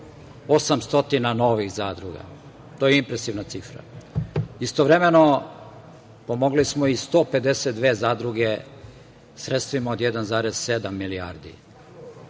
800 novih zadruga. To je impresivna cifra. Istovremeno, pomogli smo i 152 zadruge sredstvima od 1,7 milijardi.